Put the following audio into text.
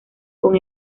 con